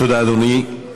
תודה, אדוני.